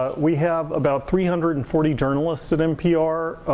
ah we have about three hundred and forty journalists at npr,